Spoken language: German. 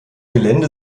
gelände